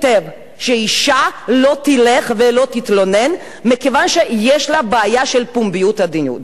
שהאשה לא תלך ולא תתלונן מכיוון שיש לה בעיה של פומביות הדיון.